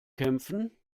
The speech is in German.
kämpfen